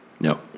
No